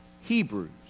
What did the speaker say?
Hebrews